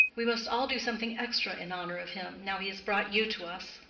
we must all do something extra in honor of him, now he has brought you to us.